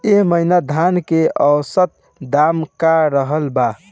एह महीना धान के औसत दाम का रहल बा?